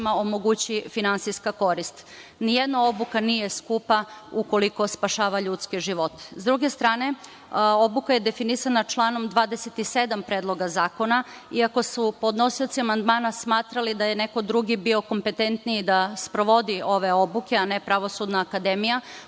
omogući finansijska korist. Ni jedna obuka nije skupa ukoliko spašava ljudske živote.S druge strane, obuka je definisana članom 27. Predloga zakona i ako su podnosioci amandmana smatrali da je neko drugi bio kompententniji da sprovodi ove obuke, a ne Pravosudna akademija,